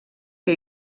que